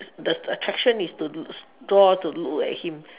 the attraction is to draw to look like him